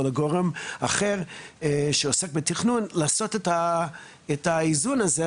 לגורם אחר שעוסק בתכנון לעשות את האיזון הזה.